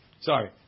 Sorry